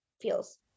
feels